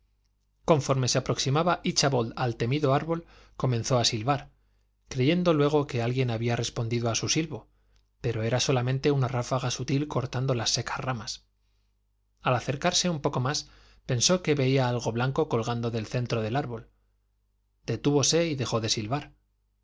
conforme se aproximaba íchabod al temido árbol comenzó a silbar creyendo luego que alguien había respondido a su silbo pero era solamente una ráfaga sutil cortando las secas ramas al acercarse un poco más pensó que veía algo blanco colgando del centro del árbol detúvose y dejó de silbar